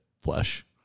flesh